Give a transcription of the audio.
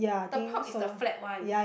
the pork is the flat one